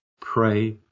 Pray